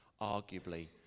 arguably